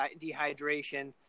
dehydration